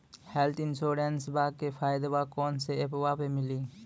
Health इंश्योरेंसबा के फायदावा कौन से ऐपवा पे मिली?